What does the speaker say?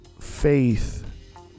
faith